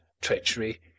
treachery—